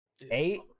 Eight